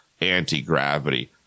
anti-gravity